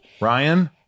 ryan